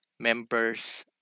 Members